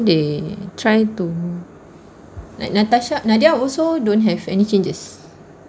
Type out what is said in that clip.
they try to natasha nadia also don't have any changes